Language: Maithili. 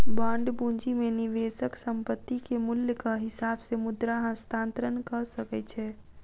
बांड पूंजी में निवेशक संपत्ति के मूल्यक हिसाब से मुद्रा हस्तांतरण कअ सकै छै